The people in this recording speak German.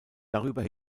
darüber